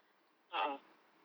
a'ah